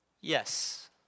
Yes